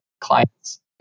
clients